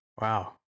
Wow